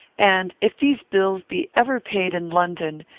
and, if these bills be ever paid in london,